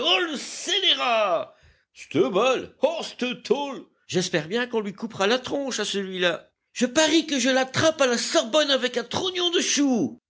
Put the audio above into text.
scélérat c'te balle oh c'te taule j'espère bien qu'on lui coupera la tronche à celui-là je parie que je l'attrape à la sorbonne avec un trognon de chou